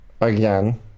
Again